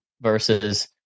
versus